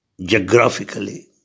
geographically